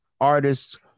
artists